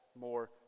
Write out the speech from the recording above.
more